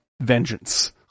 vengeance